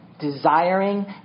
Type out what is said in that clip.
desiring